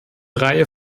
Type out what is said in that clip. reihe